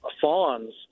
fawns